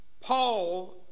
Paul